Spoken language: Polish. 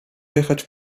jechać